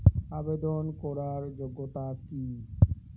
আবেদন করার যোগ্যতা কি?